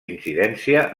incidència